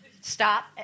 stop